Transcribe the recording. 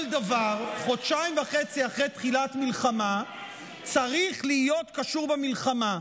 חודשיים וחצי אחרי תחילת מלחמה לא כל דבר צריך להיות קשור במלחמה.